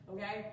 Okay